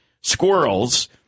squirrels